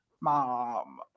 mom